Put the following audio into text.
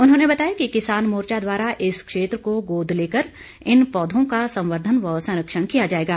उन्होंने बताया कि किसान मोर्चा द्वारा इस क्षेत्र को गोद लेकर इन पौधों का संवर्द्वन व संरक्षण किया जाएगा